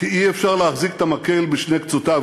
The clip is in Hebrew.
כי אי-אפשר להחזיק את המקל בשני קצותיו,